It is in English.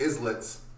islets